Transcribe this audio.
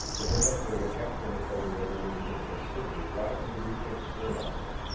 but then that's really gonna hamstring us later and never really put it where it should be, why don't we re-think the paradigm here?